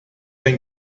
ein